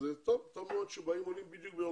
טוב מאוד שבאים עולים בדיוק ביום